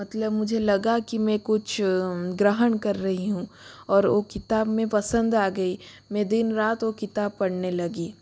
मतलब मुझे लगा कि मैं कुछ ग्रहण कर रही हूँ और ओ किताब में पसंद आ गई मैं दिन रात वो किताब पढ़ने लगी